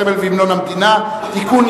הסמל והמנון המדינה (תיקון,